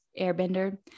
Airbender